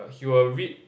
err he will read